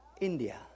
India